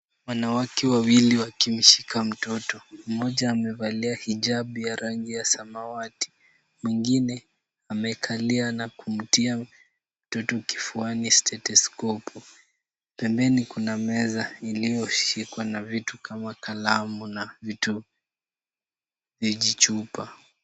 Wanawake wawili wakimshika mtoto. Mmoja amevalia hijabu ya rangi ya samawati. Mwingine amekalia na kumtia mtoto kifuani stetoskopu. Pembeni kuna meza iliyoshikwa na vitu kama kalamu na vijichupa.